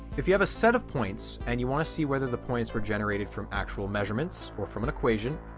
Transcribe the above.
if you have a set of points and you want to see whether the points were generated from actual measurements or from an equation,